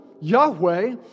Yahweh